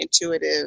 intuitive